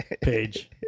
page